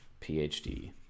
PhD